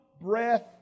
breath